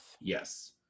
Yes